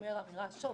אומר אמירה שוביניסטית,